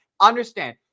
Understand